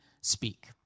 speak